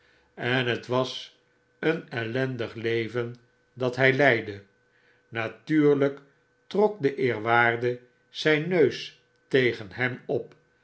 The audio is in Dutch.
en t was een ellendig leven dat hg leidde natuurlijk trok de eerwaarde zjjn neus tegen hem op